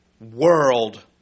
world